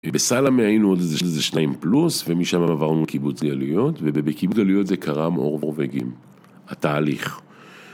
בסלאמה היינו עוד איזה שניים פלוס, ומשם עברנו לקיבוץ גלויות, ובקיבוץ גלויות זה קרם עור וגידים, התהליך.